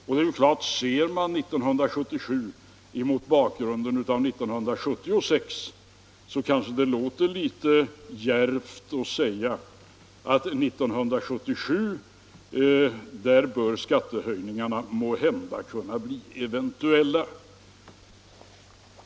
Och det är klart att ser man 1977 mot bakgrund av 1976 kan det verka litet djärvt att säga att 1977 bör skattehöjningarna måhända kunna bli eventuella.